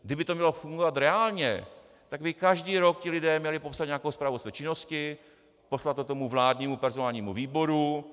Kdyby to mělo fungovat reálně, tak by každý rok ti lidé měli popsat nějakou zprávu o své činnosti, poslat to tomu vládnímu personálnímu výboru.